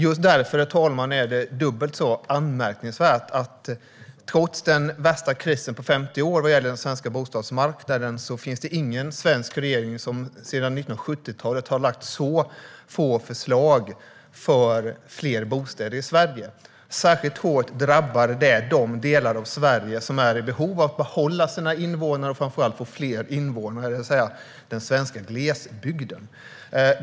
Just därför, herr talman, är det dubbelt så anmärkningsvärt att det trots den värsta krisen på 50 år på den svenska bostadsmarknaden inte funnits någon svensk regering sedan 1970-talet som har lagt så få förslag för fler bostäder i Sverige som den nuvarande. Särskilt hårt drabbar detta de delar av Sverige som är i behov av att behålla sina invånare och framför allt få fler invånare, det vill säga den svenska glesbygden.